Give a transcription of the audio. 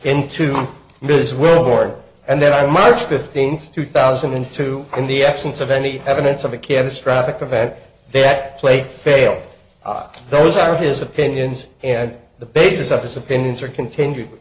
into this world war and then march fifteenth two thousand and two in the absence of any evidence of a catastrophic event they at play fail those are his opinions and the basis of his opinions or continued